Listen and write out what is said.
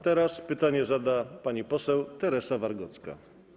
Teraz pytanie zada pani poseł Teresa Wargocka.